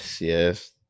yes